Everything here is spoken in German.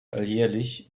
alljährlich